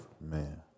Man